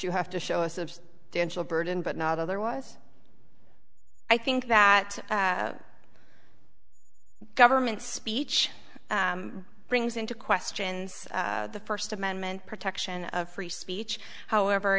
you have to show us of dental burden but not otherwise i think that government speech brings into questions the first amendment protection of free speech however